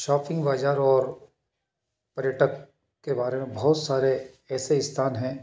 shopping बाजार और पर्यटक के बारे में बहुत सारे ऐसे स्थान हैं